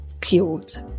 cute